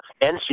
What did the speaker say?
NC